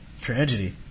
Tragedy